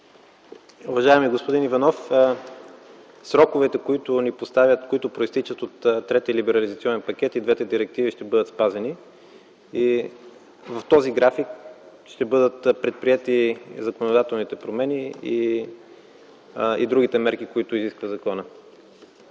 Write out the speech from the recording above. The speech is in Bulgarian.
Уважаеми господин Иванов, сроковете, които произтичат от Третия либерализационен пакет и двете директиви, ще бъдат спазени. В този график ще бъдат предприети законодателните промени и другите мерки, които изисква законът.